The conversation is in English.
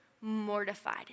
mortified